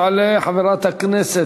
תעלה חברת הכנסת